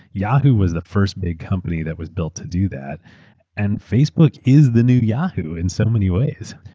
yahoo! was the first big company that was built to do that and facebook is the new yahoo! in so many ways.